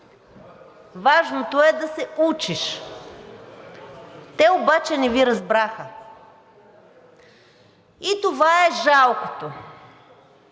важното е да се учиш. Те обаче не Ви разбраха и това е жалкото.